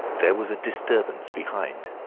there was a disturbance behind,